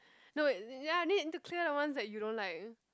no it ya need to clear the ones that you don't like